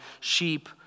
sheep